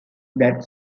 that